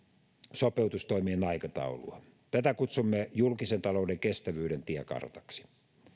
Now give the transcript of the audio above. sopeutustoimien aikataulua tätä kutsumme julkisen talouden kestävyyden tiekartaksi